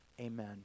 Amen